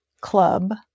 club